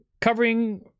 covering